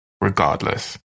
regardless